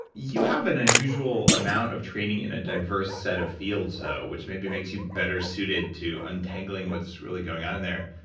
you have an unusual amount of training in a diverse set of fields, though which maybe makes you better suited to untangling what's really going on in there.